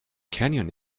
canyon